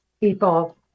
people